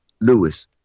Lewis